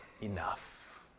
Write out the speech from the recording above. enough